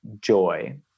joy